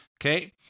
Okay